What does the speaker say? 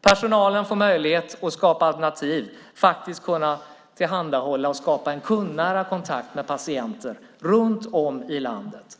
Personalen får möjlighet att skapa alternativ och tillhandahålla och skapa en kundnära kontakt med patienter runt om i landet.